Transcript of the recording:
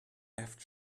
left